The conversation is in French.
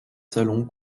salons